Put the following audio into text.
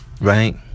Right